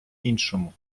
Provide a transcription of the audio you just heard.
іншому